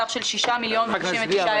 בסך של 6,099 אלפי ש"ח.